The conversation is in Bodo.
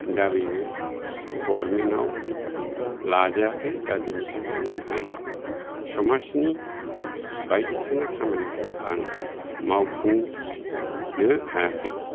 दा बेबो गरमेनाव लाजायाखै दा बेनि थाखायनो आं समाजनि बायदिसिना खामानिखौ आं मावफुंनो हायाखै